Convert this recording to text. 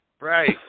Right